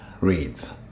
reads